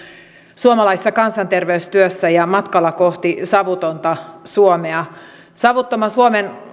suomalaisessa kansanterveystyössä ja matkalla kohti savutonta suomea savuttoman suomen